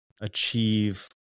achieve